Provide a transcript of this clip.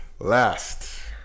Last